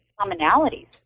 commonalities